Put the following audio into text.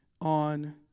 on